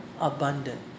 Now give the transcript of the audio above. abundant